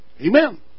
Amen